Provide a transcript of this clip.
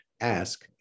ask